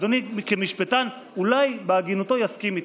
אדוני כמשפטן אולי בהגינותו יסכים איתי.